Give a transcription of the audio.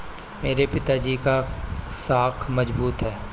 मेरे पिताजी की साख मजबूत है